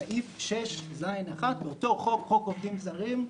בסעיף 6ז(1) באותו חוק, חוק עובדים זרים,